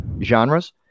genres